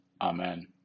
Amen